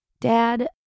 Dad